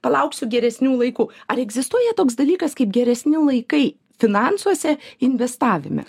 palauksiu geresnių laikų ar egzistuoja toks dalykas kaip geresni laikai finansuose investavime